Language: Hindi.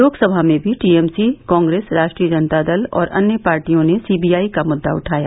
लोकसभा में भी टीएमसी कांग्रेस राष्ट्रीय जनता दल और अन्य पार्टियों ने सीबीआई का मुद्दा उठाया